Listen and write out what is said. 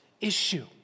issue